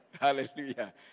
Hallelujah